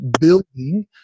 building